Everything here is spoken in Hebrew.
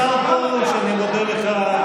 השר פרוש, אני מודה לך.